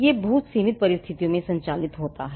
यह बहुत सीमित परिस्थितियों में संचालित होता है